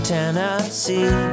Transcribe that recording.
Tennessee